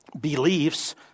beliefs